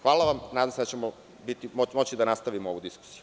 Hvala vam, nadam se da ćemo moći da nastavimo ovu diskusiju.